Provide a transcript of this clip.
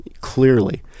clearly